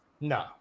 No